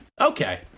Okay